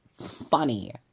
Funny